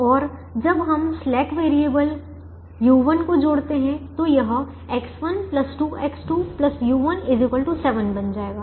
और जब हम स्लैक वैरिएबल u1 जोड़ते हैं तो यह X1 2X2 u1 7 बन जाएगा